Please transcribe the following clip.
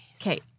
Okay